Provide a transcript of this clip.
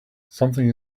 something